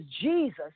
Jesus